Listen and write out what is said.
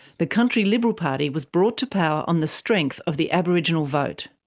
the country liberal party was brought to power on the strength of the aboriginal vote.